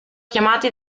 chiamati